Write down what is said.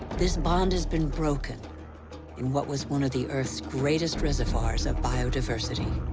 this bond has been broken in what was one of the earth's greatest reservoirs of biodiversity.